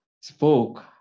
spoke